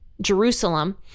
Jerusalem